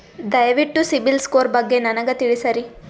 ದಯವಿಟ್ಟು ಸಿಬಿಲ್ ಸ್ಕೋರ್ ಬಗ್ಗೆ ನನಗ ತಿಳಸರಿ?